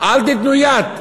אל תיתנו יד.